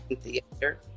Theater